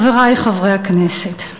חברי חברי הכנסת,